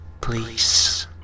please